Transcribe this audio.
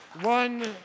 one